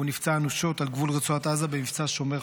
נפצע אנושות על גבול רצועת עזה במבצע שומר חומות.